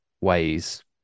ways